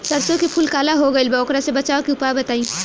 सरसों के फूल काला हो गएल बा वोकरा से बचाव के उपाय बताई?